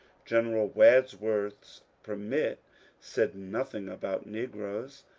general wadsworth's permit said nothing about negroes.